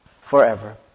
forever